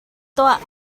tuah